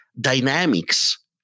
dynamics